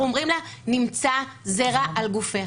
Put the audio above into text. אנחנו אומרים לה, נמצא זרע על גופך.